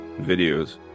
videos